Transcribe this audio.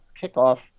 kickoff